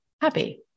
happy